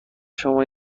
شما